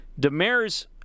Demers